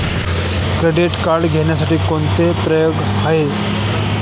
Credit card घेण्यासाठी कोणती प्रक्रिया आहे?